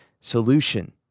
solution